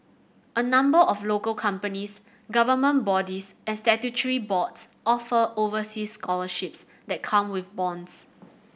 a number of local companies government bodies and statutory boards offer overseas scholarships that come with bonds